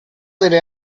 delle